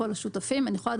אני יכולה,